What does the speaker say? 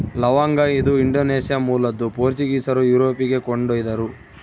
ಲವಂಗ ಇದು ಇಂಡೋನೇಷ್ಯಾ ಮೂಲದ್ದು ಪೋರ್ಚುಗೀಸರು ಯುರೋಪಿಗೆ ಕೊಂಡೊಯ್ದರು